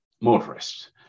motorists